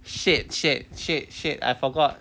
shit shit shit shit I forgot